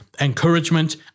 encouragement